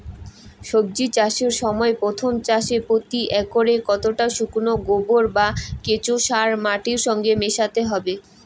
সবজি চাষের সময় প্রথম চাষে প্রতি একরে কতটা শুকনো গোবর বা কেঁচো সার মাটির সঙ্গে মেশাতে হবে?